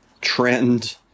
trend